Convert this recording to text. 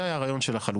זה היה הרעיון של החלופה.